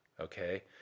Okay